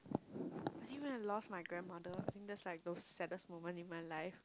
I think when I lost my grandmother I think that's like the saddest moment in my life